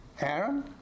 Aaron